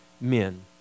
men